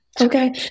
Okay